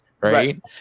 right